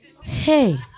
hey